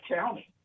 county